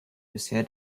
bisher